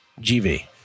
GV